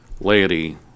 laity